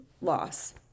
loss